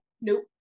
nope